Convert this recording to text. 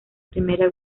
primera